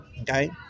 okay